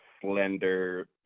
slender